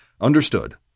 Understood